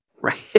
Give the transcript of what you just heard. Right